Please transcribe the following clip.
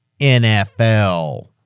NFL